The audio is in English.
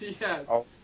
Yes